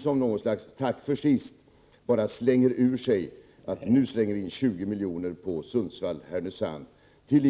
Som ett slags tack för senast slänger man bara ur sig att 20 miljoner skall gå till Sundsvall Härnösand. Är